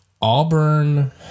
Auburn